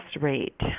rate